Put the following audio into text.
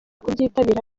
kubyitabira